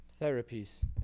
therapies